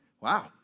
wow